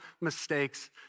mistakes